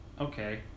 okay